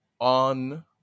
on